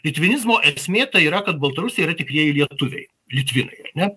litvinizmo esmė tai yra kad baltarusiai yra tikrieji lietuviai litvinai ne